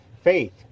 Faith